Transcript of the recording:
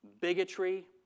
bigotry